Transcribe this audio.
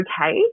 okay